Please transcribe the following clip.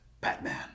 batman